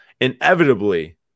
inevitably